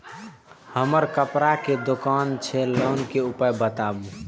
हमर कपड़ा के दुकान छै लोन के उपाय बताबू?